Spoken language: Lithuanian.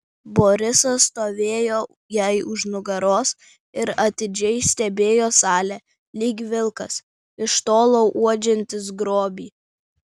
borisas stovėjo jai už nugaros ir atidžiai stebėjo salę lyg vilkas iš tolo uodžiantis grobį